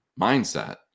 mindset